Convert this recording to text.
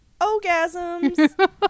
Orgasms